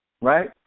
right